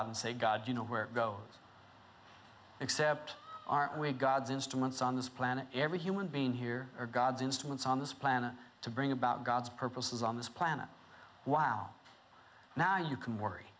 god and say god you know where to go except aren't we god's instruments on this planet every human being here or god's instruments on this planet to bring about god's purposes on this planet wow now you can worry